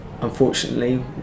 Unfortunately